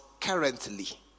currently